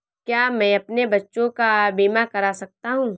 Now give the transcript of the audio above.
क्या मैं अपने बच्चों का बीमा करा सकता हूँ?